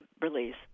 release